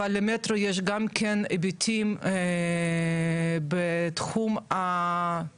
אבל למטרו יש גם היבטים בתחום הביטחוני,